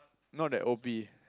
not that o_p